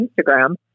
instagram